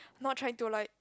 not trying to like